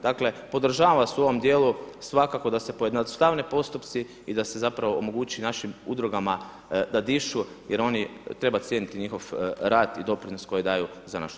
Dakle, podržavam vas u ovom dijelu svakako da se pojednostavne postupci i da se zapravo omogući našim udrugama da dišu, jer oni, treba cijeniti njihov rad i doprinos koji daju za našu zajednicu.